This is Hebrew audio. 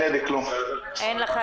אני חושבת שבתקופה כל כך קשה זה מאוד חשוב.